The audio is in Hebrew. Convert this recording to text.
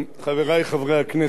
חברי חברי הכנסת,